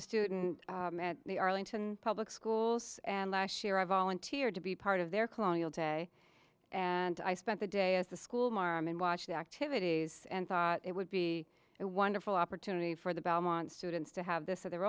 a student at the arlington public schools and last year i volunteered to be part of their colonial day and i spent the day as the school marm and watched the activities and thought it would be a wonderful opportunity for the belmont students to have this of their